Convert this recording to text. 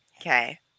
Okay